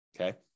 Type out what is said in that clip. okay